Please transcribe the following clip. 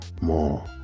more